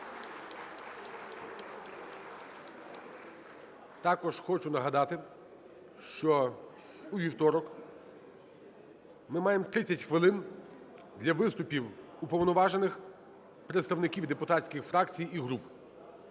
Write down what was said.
Також хочу нагадати, що у вівторок ми маємо 30 хвилин для виступів уповноважених представників депутатських фракцій і груп.